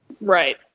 Right